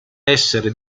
essere